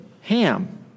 Ham